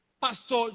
Pastor